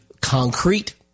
concrete